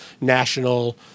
national